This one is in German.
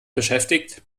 beschäftigt